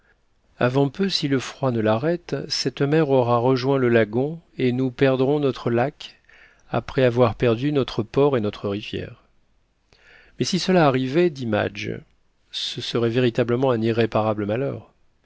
avant peu si le froid ne l'arrête cette mer aura rejoint le lagon et nous perdrons notre lac après avoir perdu notre port et notre rivière mais si cela arrivait dit madge ce serait véritablement un irréparable malheur